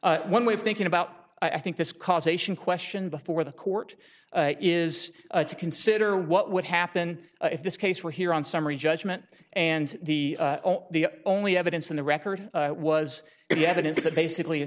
county one way of thinking about i think this causation question before the court is to consider what would happen if this case were here on summary judgment and the the only evidence in the record was the evidence that basically